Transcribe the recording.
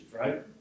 right